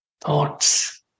thoughts